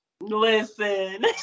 Listen